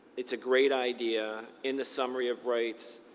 it's a great idea, in the summary of rights,